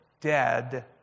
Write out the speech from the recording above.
Dead